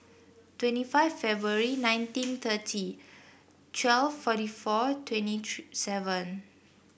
twenty five February nineteen thirty twelve forty four twenty three seven